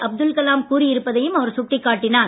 அப்துல் கலாம் கூறியிருப்பதையும் அவர் சுட்டிக் காட்டினார்